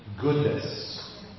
goodness